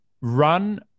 run